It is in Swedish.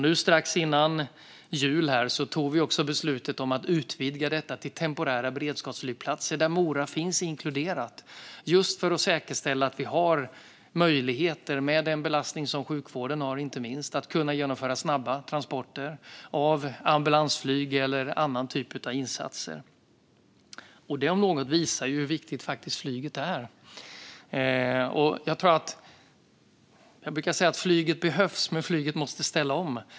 Nu, strax före jul, tog vi också beslut om att utvidga detta till temporära beredskapsflygplatser, där Mora är inkluderat, för att säkerställa att vi, inte minst mot bakgrund av den belastning som sjukvården har, har möjlighet att genomföra snabba transporter med ambulansflyg eller andra insatser. Detta, om något, visar hur viktigt flyget är. Jag brukar säga att flyget behövs men måste ställa om.